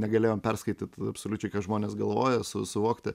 negalėjom perskaityti absoliučiai ką žmonės galvoja su suvokti